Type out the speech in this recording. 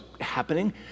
happening